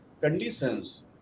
conditions